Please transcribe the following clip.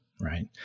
right